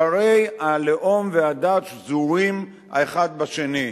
שהרי הלאום והדת שזורים האחד בשני.